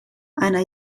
einer